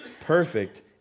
perfect